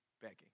begging